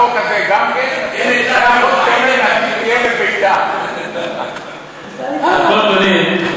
במקום כזה גם כן נקי תהיה לביתה, על כל פנים,